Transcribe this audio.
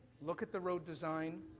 look at the road design,